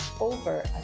over